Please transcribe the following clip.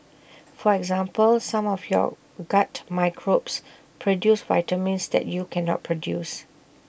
for example some of your gut microbes produce vitamins that you cannot produce